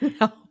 No